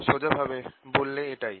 সোজা ভাবে বললে এটাই